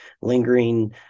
lingering